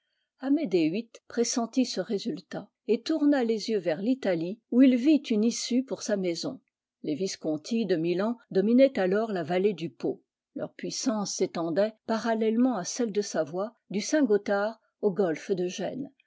amédée viii pressentit ce résultat et tourna les yeux vers l'italie où il vit une issue pour sa maison les visconti de milan dominaient alors la vallée du pô leur digitized by google puissance s'étendait parallèlement à celle de savoie du saint-gothard au golfe de gênes